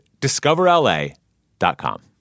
DiscoverLA.com